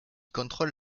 contrôle